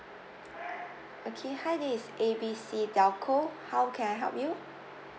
okay hi this is A B C telco how can I help you